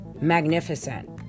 magnificent